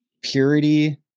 purity